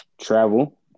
travel